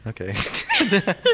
Okay